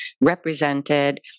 represented